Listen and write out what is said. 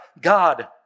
God